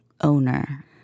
owner